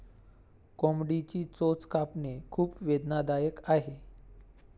कोंबडीची चोच कापणे खूप वेदनादायक आहे